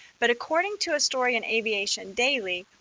but according to a story in aviation daily,